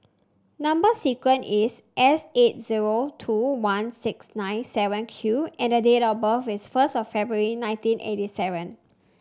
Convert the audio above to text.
number sequence is S eight zero two one six nine seven Q and date of birth is first of February nineteen eighty seven